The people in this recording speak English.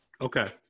Okay